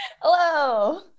Hello